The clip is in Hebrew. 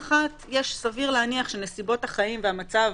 פעם אחת סביר להניח שנסיבות החיים והמצב